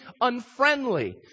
unfriendly